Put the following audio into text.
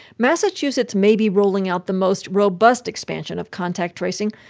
massachusetts may be rolling out the most robust expansion of contact tracing,